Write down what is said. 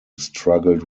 struggled